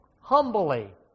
humbly